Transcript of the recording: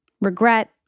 regret